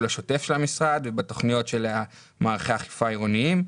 השוטף של המשרד ובתוכניות של מערכי האכיפה העירוניים.